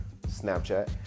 Snapchat